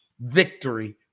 victory